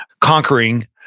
conquering